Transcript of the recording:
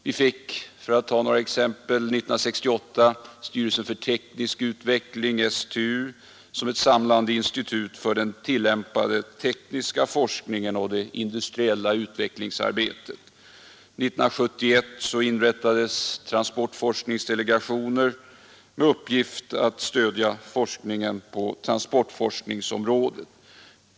Vi fick, för att ta några exempel, 1968 styrelsen för teknisk utveckling, STU, som ett samlande institut för den tillämpade tekniska forskningen och det industriella utvecklingsarbetet. År 1971 inrättades transportforskningsdelegationen med uppgift att stödja forskningen på transportområdet.